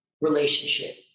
relationship